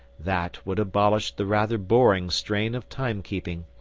that would abolish the rather boring strain of time-keeping.